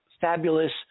fabulous